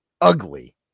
ugly